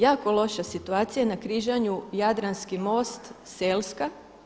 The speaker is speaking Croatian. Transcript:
Jako loša situacija, na križanju Jadranski most-Selska.